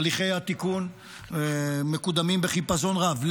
הליכי התיקון מקודמים בחיפזון רב,